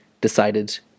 decided